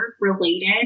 related